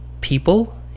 people